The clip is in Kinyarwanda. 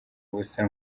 ubusa